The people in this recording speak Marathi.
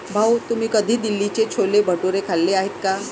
भाऊ, तुम्ही कधी दिल्लीचे छोले भटुरे खाल्ले आहेत का?